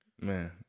Man